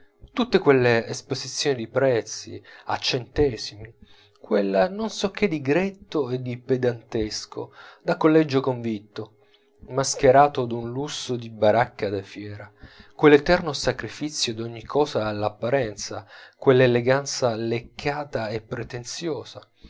tutta quella esposizione di prezzi a centesimi quel non so che di gretto e di pedantesco da collegio convitto mascherato d'un lusso di baracca da fiera quell'eterno sacrifizio d'ogni cosa all'apparenza quell'eleganza leccata e pretenziosa